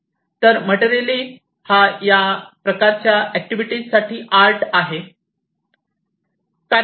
तर मटेरियली ही या प्रकारच्या ऍक्टिव्हिटीसाठी आर्ट आहे